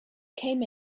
came